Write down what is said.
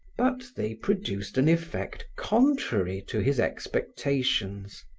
but they produced an effect contrary to his expectations.